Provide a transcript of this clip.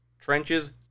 Trenches